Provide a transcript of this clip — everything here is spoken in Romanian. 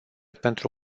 pentru